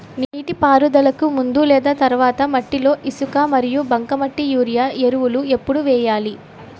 నీటిపారుదలకి ముందు లేదా తర్వాత మట్టిలో ఇసుక మరియు బంకమట్టి యూరియా ఎరువులు ఎప్పుడు వేయాలి?